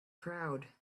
crowd